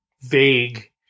vague